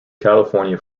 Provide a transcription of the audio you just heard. california